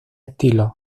estilos